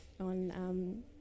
on